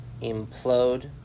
implode